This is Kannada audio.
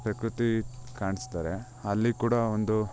ಪ್ರಕೃತಿ ಕಾಣಿಸ್ತದೆ ಅಲ್ಲಿ ಕೂಡ ಒಂದು